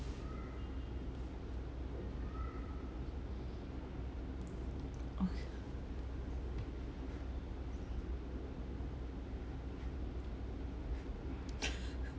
oh